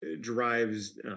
drives